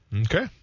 Okay